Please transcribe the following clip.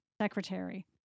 Secretary